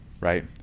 Right